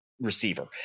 receiver